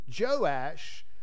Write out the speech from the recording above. Joash